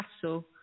castle